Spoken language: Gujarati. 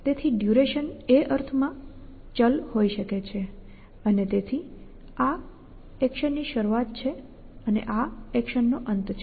તેથી ડ્યૂરેશન એ અર્થમાં ગતિશીલ હોઈ શકે છે અને તેથી આ એક્શનની શરૂઆત છે આ એક્શનનો અંત છે